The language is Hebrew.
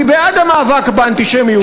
אני בעד המאבק באנטישמיות,